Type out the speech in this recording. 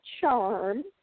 charm